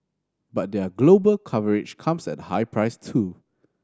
but their global coverage comes at a high price too